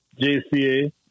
JCA